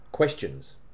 Questions